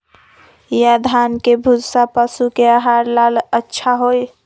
या धान के भूसा पशु के आहार ला अच्छा होई?